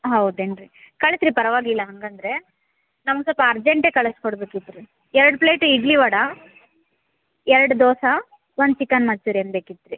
ಹೌದೇನು ರೀ ಕಳ್ಸಿ ರೀ ಪರವಾಗಿಲ್ಲ ಹಾಗಂದ್ರೆ ನಮ್ಗೆ ಸ್ವಲ್ಪ ಅರ್ಜೆಂಟ್ ಕಳ್ಸ್ಕೊಡ್ಬೇಕಿತ್ತು ರೀ ಎರ್ಡು ಪ್ಲೇಟ್ ಇಡ್ಲಿ ವಡೆ ಎರ್ಡು ದೋಸೆ ಒಂದು ಚಿಕನ್ ಮಂಚೂರಿಯನ್ ಬೇಕಿತ್ತು ರೀ